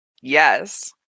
Yes